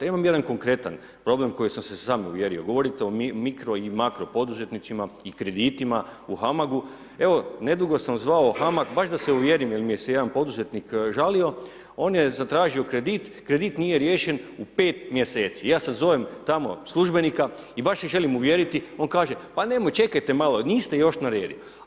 Ja imam jedan konkretan problem u koji sam se sam uvjerio, govorite o mikro i makro poduzetnicima i kreditima u HAMAG-u, evo nedugo sam zvao HAMAG, baš da se uvjerim, jel mi se jedan poduzetnik žalio, on je zatražio kredit, kredit nije riješen u pet mjeseci, ja sad zovem tamo službenika i baš se želim uvjeriti, on kaže pa nemojte, čekajte malo, niste još na redu.